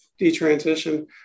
detransition